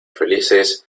felices